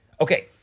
Okay